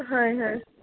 হয় হয়